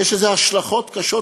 יש לזה השלכות קשות,